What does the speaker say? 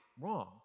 wrong